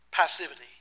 passivity